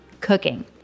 cooking